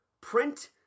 print